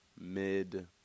mid